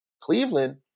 Cleveland